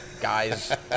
guy's